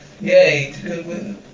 Yay